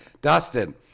Dustin